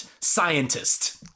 scientist